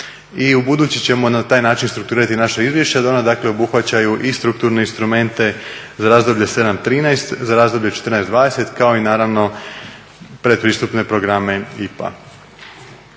I ubuduće ćemo na taj način strukturirati naše izvješće, da ona obuhvaćaju i strukturne instrumente za razdoblje 2007.-2013., za razdoblje 2014.-2020., kao i naravno pretpristupne programe IPA.